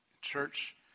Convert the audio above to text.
church